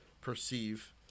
perceive